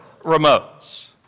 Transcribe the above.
remotes